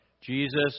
Jesus